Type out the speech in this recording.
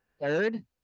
Third